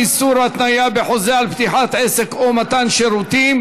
איסור התניה בחוזה על פתיחת עסק או מתן שירותים),